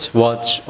watch